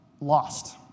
lost